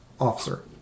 officer